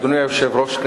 אדוני היושב-ראש,